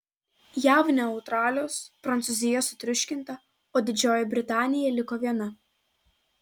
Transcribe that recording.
jav neutralios prancūzija sutriuškinta o didžioji britanija liko viena